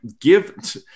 give